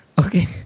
Okay